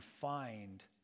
find